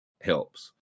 helps